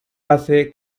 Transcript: hace